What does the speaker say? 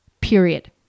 period